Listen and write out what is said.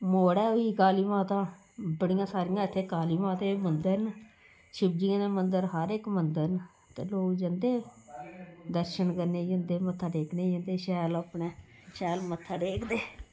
मोआडा होई काली माता बड़ियां सारियां इत्थें काली माता दे बी मंदर न शिवजियें दे मंदर हर इक मंदर न ते लोक जंदे दर्शन करने जंदे मत्था टेकने गी जंदे शैल अपने शैल मत्था टेकदे